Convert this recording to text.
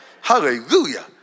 Hallelujah